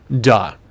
Duh